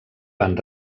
van